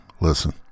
Listen